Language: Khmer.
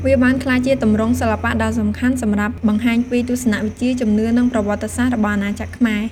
វាបានក្លាយជាទម្រង់សិល្បៈដ៏សំខាន់សម្រាប់បង្ហាញពីទស្សនៈវិជ្ជា ជំនឿ និងប្រវត្តិសាស្ត្ររបស់អាណាចក្រខ្មែរ។